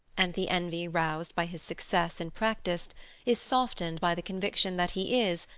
and the envy roused by his success in practice is softened by the conviction that he is,